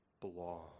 belong